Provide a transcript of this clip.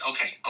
Okay